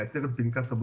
או שאפשר להסתפק באלכוג'ל?